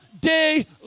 day